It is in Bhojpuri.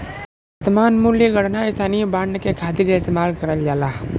वर्तमान मूल्य गणना स्थायी बांड के खातिर इस्तेमाल करल जाला